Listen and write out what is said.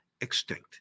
extinct